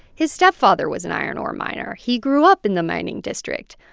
his stepfather was an iron ore miner. he grew up in the mining district.